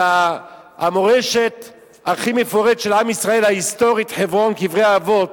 למורשת ההיסטורית הכי מפוארת